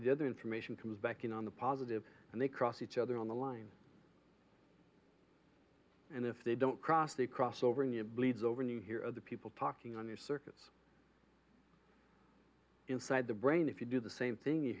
the other information comes back in on the positive and they cross each other on the line and if they don't cross they cross over in your bleeds over in you hear other people talking on your circuits inside the brain if you do the same thing you